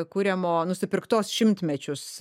kuriamo nusipirktos šimtmečius